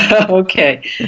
Okay